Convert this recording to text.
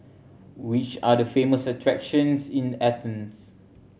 which are the famous attractions in Athens